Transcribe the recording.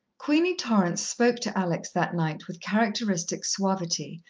queenie torrance spoke to alex that night with characteristic suavity,